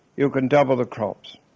you can double the crops.